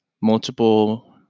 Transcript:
multiple